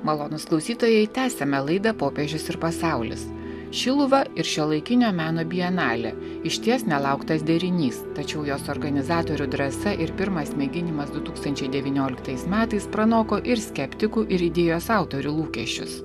malonūs klausytojai tęsiame laidą popiežius ir pasaulis šiluva ir šiuolaikinio meno bienalė išties nelauktas derinys tačiau jos organizatorių drąsa ir pirmas mėginimas du tūkstančiai devynioliktais metais pranoko ir skeptikų ir idėjos autorių lūkesčius